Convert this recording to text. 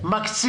שמקצים.